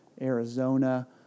Arizona